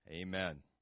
Amen